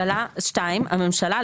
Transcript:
(2) הממשלה,